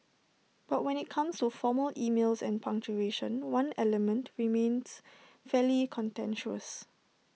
but when IT comes to formal emails and punctuation one element remains fairly contentious